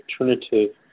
alternative